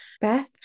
Beth